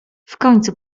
końcu